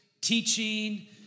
teaching